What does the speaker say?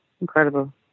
incredible